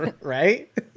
right